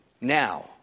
now